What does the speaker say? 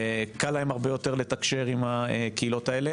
קל להם הרבה יותר לתקשר עם הקהילות האלה.